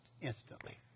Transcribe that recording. instantly